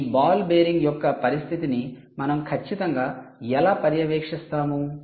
ఈ ball bearing యొక్క పరిస్థితిని మనం ఖచ్చితంగా ఎలా పర్యవేక్షిస్తాము